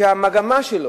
שהמגמה שלו,